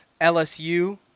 LSU